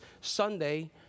Sunday